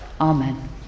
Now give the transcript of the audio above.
Amen